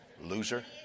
Loser